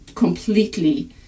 completely